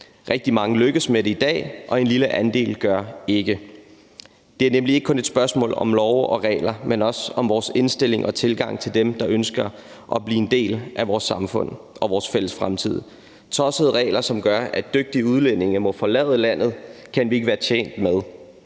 Rigtig mange lykkes med det i dag, og en lille andel gør ikke. Det er nemlig ikke kun et spørgsmål om love og regler, men også om vores indstilling og tilgang til dem, der ønsker at blive en del af vores samfund og vores fælles fremtid. Tossede regler, som gør, at dygtige udlændinge må forlade landet, kan vi ikke være tjent med.